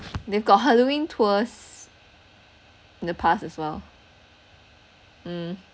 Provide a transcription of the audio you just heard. they've got halloween tours the pass as well mm